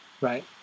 right